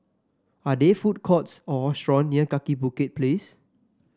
are there food courts or restaurant near Kaki Bukit Place